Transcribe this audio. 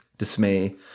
dismay